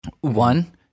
One